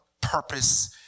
purpose